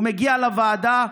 הוא מגיע לוועדה,